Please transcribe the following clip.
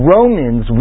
Romans